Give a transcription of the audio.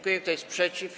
Kto jest przeciw?